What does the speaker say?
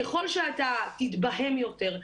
ככל שאתה תתבהם יותר,